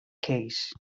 case